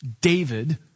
David